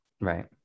Right